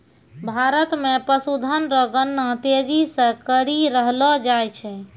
भारत मे पशुधन रो गणना तेजी से करी रहलो जाय छै